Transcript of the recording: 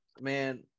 Man